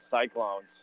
Cyclones